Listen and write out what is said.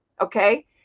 okay